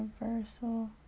Universal